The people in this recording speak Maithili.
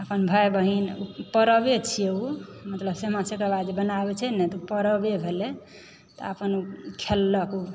अपन भाय बहिन परवे छियै ओ मतलब सामा चकेवा जे बनाबै छै ने तऽ परवे भेल अपन खेललक ओ